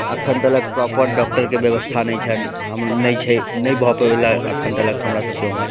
एखन तलक प्रॉपर डॉक्टरके व्यवस्था नहि छैन्ह हम नहि छै नहि भऽ पयलै एखन तलक हमरसभके एम्हर